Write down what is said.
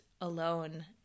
alone